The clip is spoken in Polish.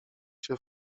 się